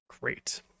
great